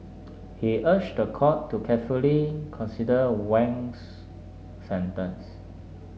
he urged the court to carefully consider Wang's sentence